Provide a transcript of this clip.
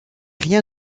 rien